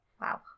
Wow